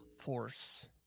force